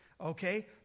okay